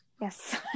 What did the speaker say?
Yes